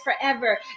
forever